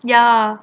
ya